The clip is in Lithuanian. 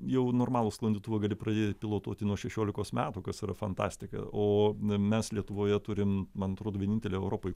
jau normalų sklandytuvą gali pradė pilotuoti nuo šešiolikos metų kas yra fantastika o mes lietuvoje turim man atrodo vienintelė europoj